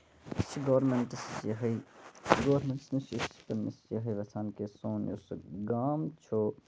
أسۍ چھِ گرومینٹَس یِہوے گورمینٹَس نِش چھِ أسۍ پَنٕنِس یِہوے یِژھان کہِ سون یُس گام چھُ